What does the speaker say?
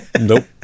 Nope